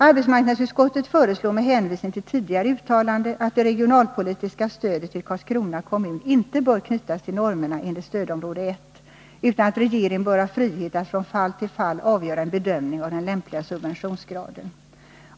Arbetsmarknadsutskottet föreslår med hänvisning till tidigare uttalande att det regionalpolitiska stödet till Karlskrona kommun inte skall knytas till normerna för stödområde 1 utan att regeringen skall ha frihet att från fall till fall göra en bedömning av den lämpliga subventionsgraden.